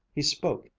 he spoke,